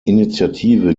initiative